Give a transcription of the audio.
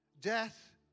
death